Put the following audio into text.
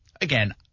Again